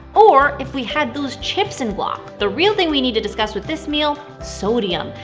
or if we had those chips and guac! the real thing we need to discuss with this meal sodium.